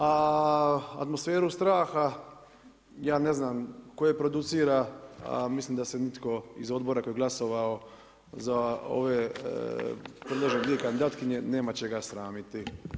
A atmosferu straha ja ne znam tko je producira, a mislim da se nitko iz odbora tko je glasovao za ove predložene dvije kandidatkinje nema čega sramiti.